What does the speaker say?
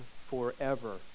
forever